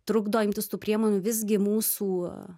trukdo imtis tų priemonių visgi mūsų